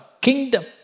Kingdom